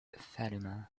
fatima